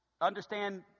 understand